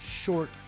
short